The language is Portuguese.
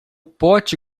pote